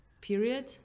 period